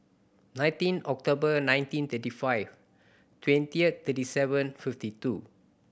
nineteen October nineteen thirty five twenty thirty seven fifty two